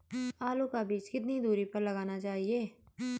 आलू का बीज कितनी दूरी पर लगाना चाहिए?